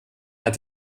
hat